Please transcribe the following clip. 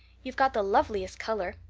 you've got the loveliest color.